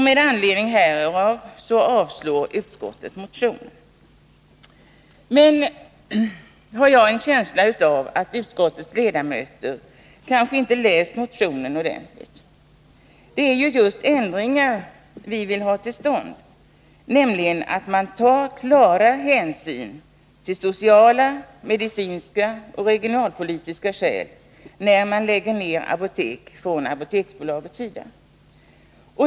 Med anledning härav avstyrker utskottet motionen. Jag har en känsla av att utskottets ledamöter inte har läst motionen ordentligt. Det är just ändringar vi vill få till stånd, så att det tas klara hänsyn till sociala, medicinska och regionalpolitiska skäl när Apoteksbolaget lägger ner apotek.